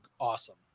awesome